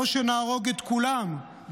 או שנהרוג את כולם,